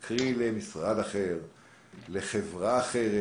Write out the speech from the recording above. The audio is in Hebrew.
קרי, משרד אחר או לחברה אחרת.